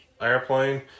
airplane